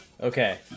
okay